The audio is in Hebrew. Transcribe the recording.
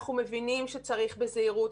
אנחנו מבינים שצריך בזהירות,